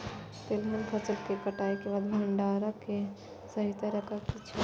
तेलहन फसल के कटाई के बाद भंडारण के सही तरीका की छल?